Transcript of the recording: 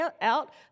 out